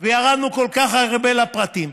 וירדנו כל כך הרבה לפרטים,